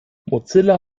mozilla